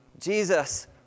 Jesus